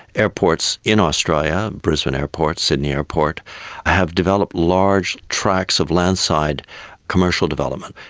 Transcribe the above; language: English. airports in australia brisbane airport, sydney airport have developed large tracts of land side commercial development.